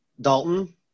Dalton